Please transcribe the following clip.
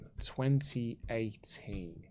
2018